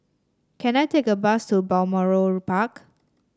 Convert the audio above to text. can I take a bus to Balmoral Park